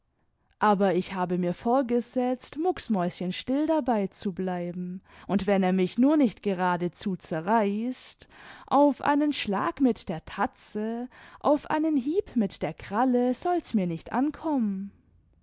aber ich habe mir vorgesetzt muck mäuschenstill dabei zu bleiben und wenn er mich nur nicht geradezu zerreißt auf einen schlag mit der tatze auf einen hieb mit der kralle soll's mir nicht ankommen